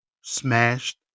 smashed